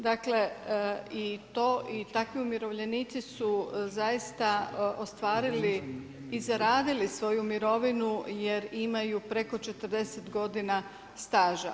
Dakle i to i takvi umirovljenici su zaista ostvarili i zaradili svoju mirovinu jer imaju preko 40 godina staža.